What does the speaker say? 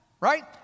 Right